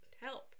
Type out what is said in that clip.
help